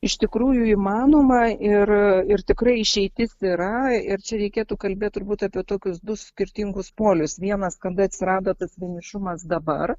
iš tikrųjų įmanoma ir ir tikrai išeitis yra ir čia reikėtų kalbėt turbūt apie tokius du skirtingus polius vienas kada atsirado tas vienišumas dabar